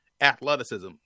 athleticism